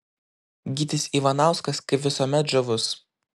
gytis ivanauskas kaip visuomet žavus